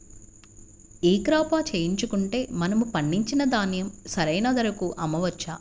ఈ క్రాప చేయించుకుంటే మనము పండించిన ధాన్యం సరైన ధరకు అమ్మవచ్చా?